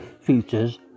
features